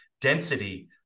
density